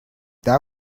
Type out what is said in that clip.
that